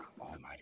almighty